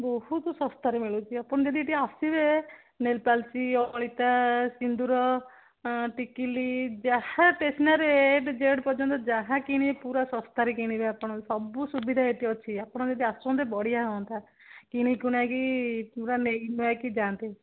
ବହୁତ ଶସ୍ତାରେ ମିଳୁଛି ଆପଣ ଯଦି ଏଠି ଆସିବେ ନେଲପଲିସ୍ ଅଳତା ସିନ୍ଦୁର ଟିକିଲି ଯାହା ଷ୍ଟେସନାରୀ ଏ ଟୁ ଜେଡ଼୍ ପର୍ଯ୍ୟନ୍ତ ଯାହା କିଣିବେ ପୁରା ଶସ୍ତାରେ କିଣିବେ ଆପଣ ସବୁ ସୁବିଧା ଏଠି ଅଛି ଆପଣ ଯଦି ଆସନ୍ତେ ବଢ଼ିଆ ହୁଅନ୍ତା କିଣିି କିଣାକି ପୁରା ନେଇ ନୁଆକି ଯାଆନ୍ତେ